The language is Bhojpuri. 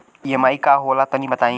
ई.एम.आई का होला तनि बताई?